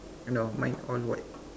no mine all white